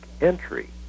entry